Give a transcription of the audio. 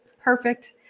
perfect